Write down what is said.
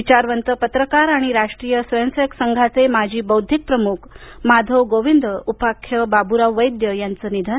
विचारवंत पत्रकार आणि राष्ट्रीय स्वयंसेवक संघाचे माजी बौद्धिक प्रमुख माधव गोविंद उपाख्य बाबूराव वैद्य यांचं निधन